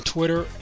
Twitter